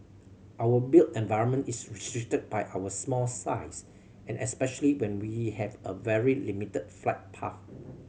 our built environment is restricted by our small size and especially when we have a very limited flight path